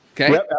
Okay